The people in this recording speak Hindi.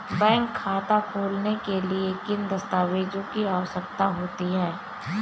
बैंक खाता खोलने के लिए किन दस्तावेजों की आवश्यकता होती है?